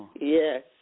Yes